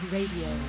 Radio